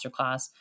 masterclass